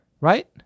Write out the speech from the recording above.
Right